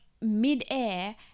midair